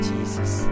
Jesus